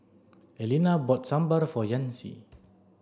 Elena bought Sambar for Yancy